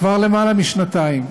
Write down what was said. כבר למעלה משנתיים,